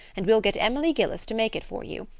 and we'll get emily gillis to make it for you.